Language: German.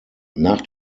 nach